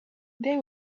they